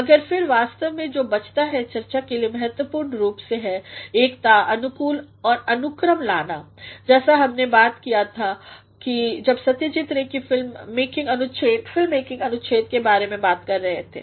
मगर फिर वास्तव में जो बचता है चर्चा के लिए महत्वपूर्ण रूप से है एकता अनुकूल और अनुक्रम लाना जैसा हमने बात किया था जब हम सत्यजीत रे के फिल्म मेकिंगअनुच्छेद के बारे में बात कर रहे थे